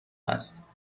است